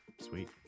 Sweet